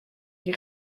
die